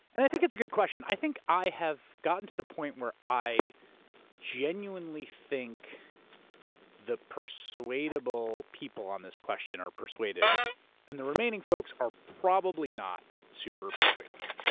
and i think it's a good question. i think i have gotten to the point where i genuinely think the persuadable people on this question are persuaded and the remaining folks are probably not super persuadable.